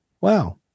Wow